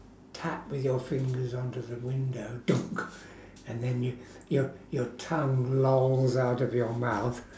tap with your fingers onto the window and then your your your tongue lolls out of your mouth